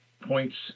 points